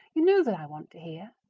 you know that i want to hear.